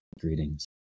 Greetings